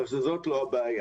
כך שלא זאת הבעיה.